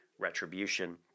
retribution